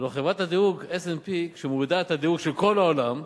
הלוא חברת הדירוג P&S מורידה את הדירוג של כל העולם,